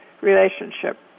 relationship